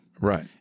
Right